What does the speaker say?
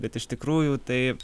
bet iš tikrųjų tai